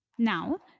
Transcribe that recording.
Now